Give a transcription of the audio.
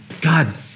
god